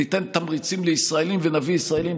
ניתן תמריצים לישראלים ונביא ישראלים,